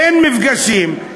אין מפגשים,